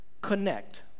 connect